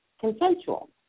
consensual